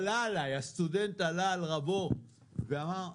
הסטודנט עלה על רבו ואמר,